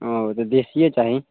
ओ तऽ देशिये चाही